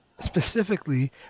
specifically